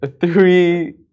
three